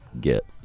get